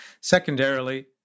Secondarily